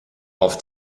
auf